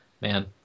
man